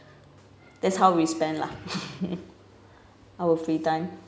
that's how we spend lah our free time